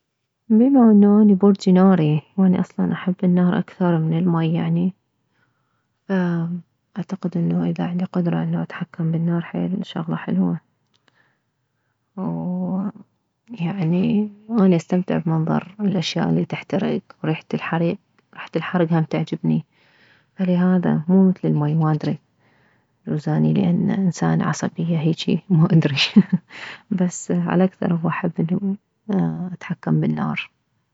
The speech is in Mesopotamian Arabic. بما انه اني برجي ناري واني اصلا احب النار اكثر من الماي يعني فاعتقد انه اذا عندي قدرة انه اتحكم بالنار حيل شغلة حلوة ويعني اني استمتع بمنظر الاشياء التي تحترك وريحة الحرك ريحة الحرك هم تعجبني فلهذا مو مثل الماي ما ادري يجوز اني لان انسانة عصبية ههه ما ادري بس عالاكثر احب اتحكم بالنار